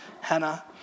Hannah